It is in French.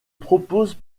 propose